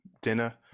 dinner